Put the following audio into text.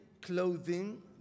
clothing